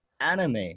anime